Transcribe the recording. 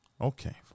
Okay